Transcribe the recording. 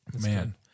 man